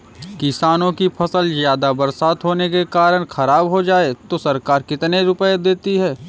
किसानों की फसल ज्यादा बरसात होने के कारण खराब हो जाए तो सरकार कितने रुपये देती है?